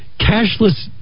cashless